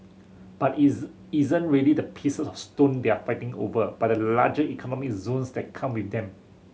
but is isn't really the pieces of stone they're fighting over but the larger economic zones that come with them